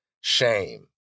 shame